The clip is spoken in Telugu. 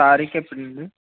తారీఖు ఎప్పుడు అండి